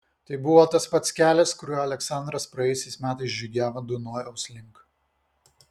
tai buvo tas pats kelias kuriuo aleksandras praėjusiais metais žygiavo dunojaus link